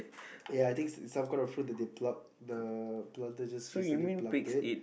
yeah I think it's it's some kind of fruit that they pluck the brother just recently plucked it